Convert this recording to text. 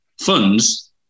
funds